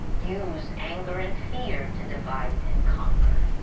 use anger and fear to divide and conquer.